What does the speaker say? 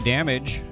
Damage